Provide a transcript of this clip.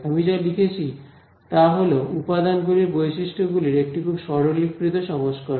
আমি যা লিখেছি তা হল উপাদানগুলির বৈশিষ্ট্যগুলির একটি খুব সরলীকৃত সংস্করণ